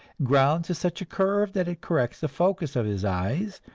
ground to such a curve that it corrects the focus of his eyes,